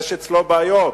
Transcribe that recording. יש אצלו בעיות,